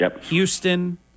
Houston